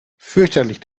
fürchterlich